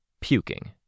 puking